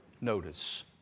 Notice